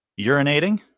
urinating